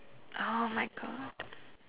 !oh-my-God!